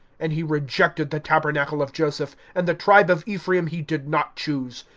and he rejected the tabernacle of joseph and the tribe of ephraim he did not choose.